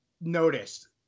noticed